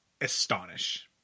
Astonish